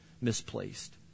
misplaced